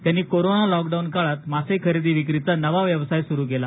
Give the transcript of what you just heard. त्यांनी corona lockdown काळात मासे खरेदी विक्रीचा नवा व्यवसाय सुरू केला